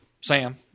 Sam